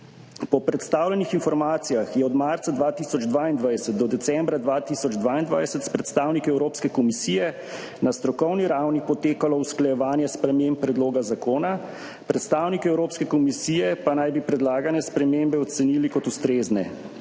Po predstavljenih informacijah je od marca 2022 do decembra 2022 s predstavniki Evropske komisije na strokovni ravni potekalo usklajevanje sprememb predloga zakona, predstavniki Evropske komisije pa naj bi predlagane spremembe ocenili kot ustrezne.